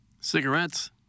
Cigarettes